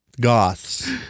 Goths